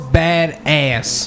badass